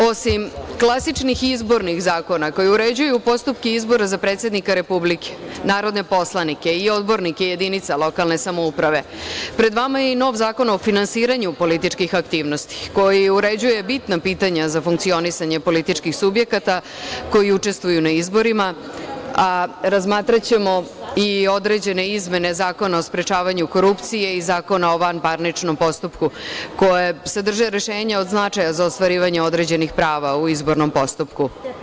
Osim klasičnih izbornih zakona, koji uređuju postupke izbora za predsednika Republike, narodne poslanike i odbornike jedinica lokalne samouprave, pred vama je nov Zakon o finansiranju političkih aktivnosti, koji uređuje bitna pitanja za funkcionisanje političkih subjekata koji učestvuju na izborima, a razmatraćemo i određene izmene Zakona o sprečavanju korupcije i Zakona o vanparničnom postupku, koji sadrže rešenja od značaja za ostvarivanje određenih prava u izbornom postupku.